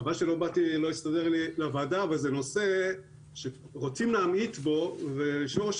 חבל שלא באתי לדיון בוועדה אבל זה נושא שרוצים להמעיט בו ויושבת ראש